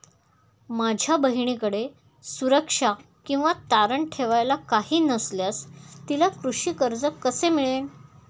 माझ्या बहिणीकडे सुरक्षा किंवा तारण ठेवायला काही नसल्यास तिला कृषी कर्ज कसे मिळेल?